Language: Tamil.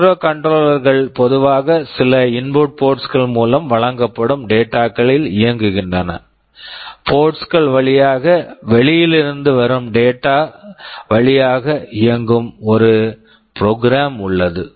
மைக்ரோகண்ட்ரோலர் microcontroller கள் பொதுவாக சில இன்புட் போர்ட்ஸ் input ports -கள் மூலம் வழங்கப்படும் டேட்டா data களில் இயங்குகின்றன போர்ட்ஸ் ports -கள் வழியாக வெளியில் இருந்து வரும் டேட்டா data வழியாக இயங்கும் ஒரு புரோக்ராம் program உள்ளது